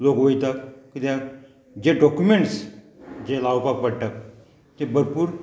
लोक वयता कित्याक जे डॉक्युमेंट्स जे लावपाक पडटा तें भरपूर